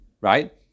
right